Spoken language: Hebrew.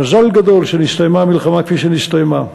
מזל גדול שנסתיימה המלחמה כפי שנסתיימה.